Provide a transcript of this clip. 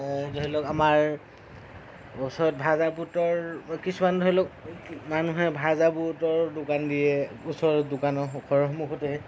ধৰি লওঁক আমাৰ ওচৰত ভাজা বুটৰ কিছুমান ধৰি লওঁক মানুহে ভাজা বুটৰ দোকান দিয়ে ওচৰৰ দোকানত ঘৰৰ সন্মুখতে